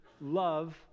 love